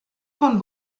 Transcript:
von